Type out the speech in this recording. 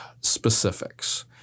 specifics